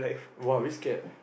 !wow! which cat